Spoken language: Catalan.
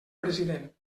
president